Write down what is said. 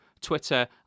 Twitter